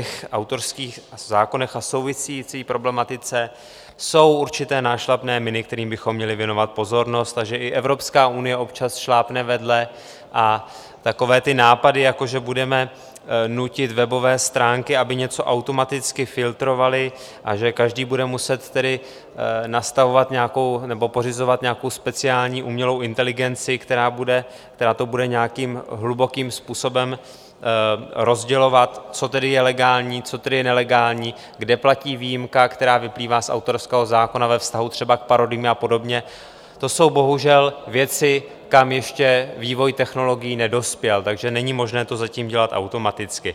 v autorských zákonech a související problematice jsou určité nášlapné miny, kterým bychom měli věnovat pozornost, a že i Evropská unie občas šlápne vedle, a takové ty nápady, jako že budeme nutit webové stránky, aby něco automaticky filtrovaly, a že každý bude muset tedy nastavovat nebo pořizovat nějakou speciální umělou inteligenci, která to bude nějakým hlubokým způsobem rozdělovat, co tedy je legální, co tedy je nelegální, kde platí výjimka, která vyplývá z autorského zákona ve vztahu třeba k parodiím a podobně, to jsou bohužel věci, kam ještě vývoj technologií nedospěl, takže není možné to zatím dělat automaticky.